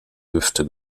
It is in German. hüfte